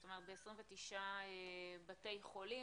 זאת אומרת ב-29 בתי חולים.